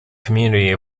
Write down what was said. community